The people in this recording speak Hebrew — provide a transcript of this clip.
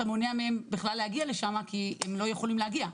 אתה מונע מהם בכלל להגיע לשם כי הם לא יכולים להגיע.